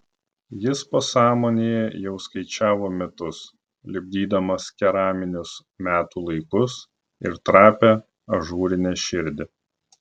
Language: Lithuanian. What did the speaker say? jis pasąmonėje jau skaičiavo metus lipdydamas keraminius metų laikus ir trapią ažūrinę širdį